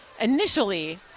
Initially